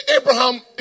Abraham